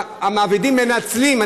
המעבידים מנצלים את